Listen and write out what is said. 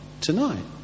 tonight